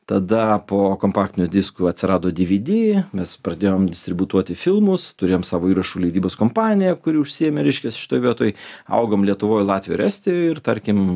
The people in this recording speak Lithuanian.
tada po kompaktinių diskų atsirado dvd mes pradėjom distributuoti filmus turėjom savo įrašų leidybos kompaniją kuri užsiėmė reiškias šitoj vietoj augom lietuvoj latvijoj ir estijoj ir tarkim